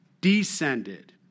descended